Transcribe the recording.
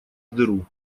дыру